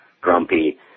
grumpy